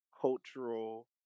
cultural